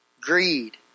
Greed